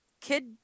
kid